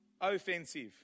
offensive